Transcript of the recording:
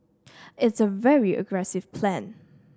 it's a very aggressive plan